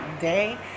day